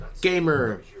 Gamer